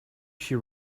she